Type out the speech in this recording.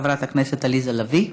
חברת הכנסת עליזה לביא.